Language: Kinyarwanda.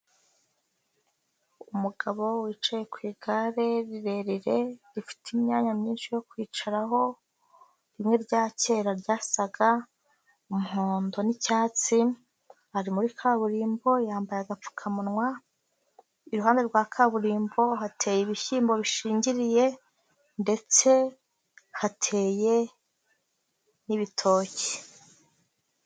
Umugabo wicaye ku igare rirerire rifite imyanya myinshi yo kwicaraho, rimwe rya kera ryasaga, umuhondo n'icyatsi, ari muri kaburimbo yambaye agapfukamunwa, iruhande rwa kaburimbo hateye ibishyimbo bishingiriye ndetse hateye n'ibitoki.